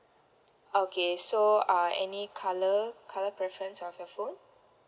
okay so uh any colour colour preference of your phone